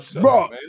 Bro